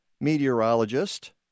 meteorologist